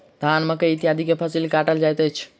धान, मकई इत्यादि के फसिल काटल जाइत अछि